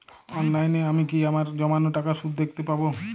অনলাইনে আমি কি আমার জমানো টাকার সুদ দেখতে পবো?